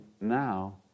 now